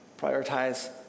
prioritize